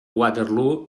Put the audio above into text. waterloo